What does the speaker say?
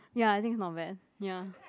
ya I think it's not bad ya